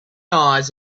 eyes